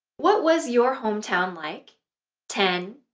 what was your hometown like ten,